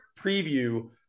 preview